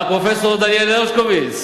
וגם פרופסור דניאל הרשקוביץ,